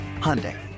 Hyundai